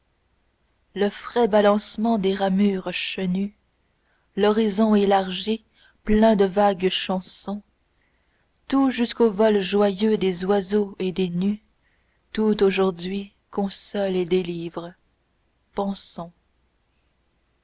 le frais balancement des ramures chenues l'horizon élargi plein de vagues chansons tout jusqu'au vol joyeux des oiseaux et des nues tout aujourd'hui console et délivre pensons